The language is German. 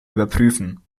überprüfen